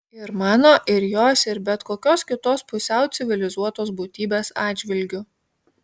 ir mano ir jos ir bet kokios kitos pusiau civilizuotos būtybės atžvilgiu